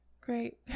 Great